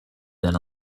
than